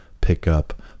pickup